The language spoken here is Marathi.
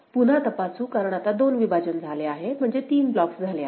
पुन्हा तपासू कारण आता दोन विभाजन झाले आहेत म्हणजे तीन ब्लॉक्स झाले आहेत